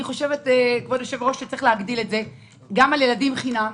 אני חושבת שצריך להרחיב את זה גם לילדים חינם,